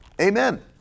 Amen